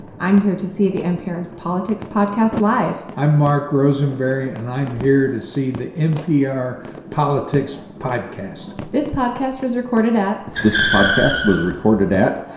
i'm here to see the npr politics podcast live i'm mark rosenberry, and i'm here to see the npr politics podcast this podcast was recorded at. this podcast was recorded at.